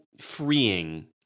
freeing